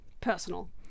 personal